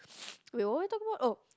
wait what are we talking about oh